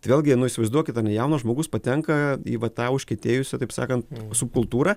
tai vėlgi nu įsivaizduokit ten jaunas žmogus patenka į va tą užkietėjusio taip sakan subkultūrą